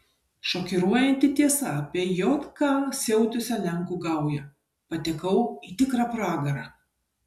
šokiruojanti tiesa apie jk siautusią lenkų gaują patekau į tikrą pragarą